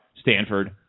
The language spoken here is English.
Stanford